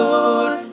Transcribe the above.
Lord